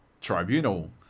tribunal